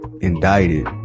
Indicted